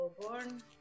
born